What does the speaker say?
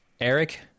eric